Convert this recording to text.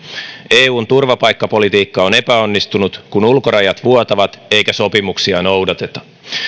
eun turvapaikkapolitiikka on epäonnistunut kun ulkorajat vuotavat eikä sopimuksia noudateta